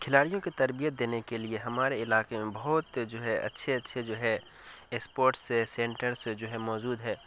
کھلاڑیوں کی تربیت دینے کے لیے ہمارے علاقے میں بہت جو ہے اچھے اچھے جو ہے اسپورٹس سینٹرس جو ہے موجود ہے